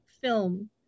film